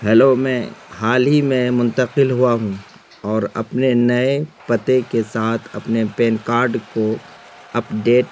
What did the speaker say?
hello میں حال ہی میں منتقل ہوا ہوں اور اپنے نئے پتے کے ساتھ اپنے پین کارڈ کو اپڈیٹ